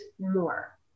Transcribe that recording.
more